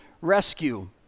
rescue